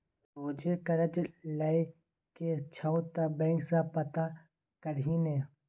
सोझे करज लए के छौ त बैंक सँ पता करही ने